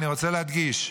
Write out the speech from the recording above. אני רוצה להדגיש,